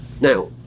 Now